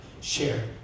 share